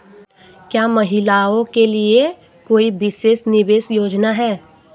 क्या महिलाओं के लिए कोई विशेष निवेश योजना है?